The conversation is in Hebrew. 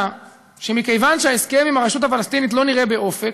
שמכיוון שההסכם עם הרשות הפלסטינית לא נראה באופק,